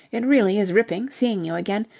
it really is ripping, seeing you again.